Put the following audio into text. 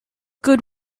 good